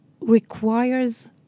requires